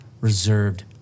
reserved